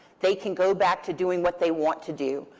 they can go back to doing what they want to do,